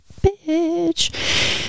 bitch